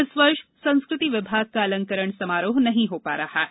इस वर्ष संस्कृति विभाग का अलंकरण समारोह नहीं हो रहा है